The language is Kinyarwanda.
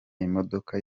imodoka